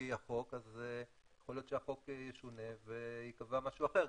החוק אז יכול להיות שהחוק ישונה וייקבע משהו אחר.